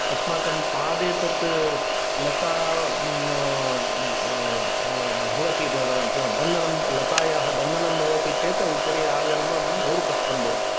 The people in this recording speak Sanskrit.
अस्माकं पादे तत् लता भवति ब् ब् बन्धनं लतायाः बन्धनं भवति चेत् उपरि आगनमं बहु कष्टं भवति